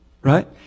right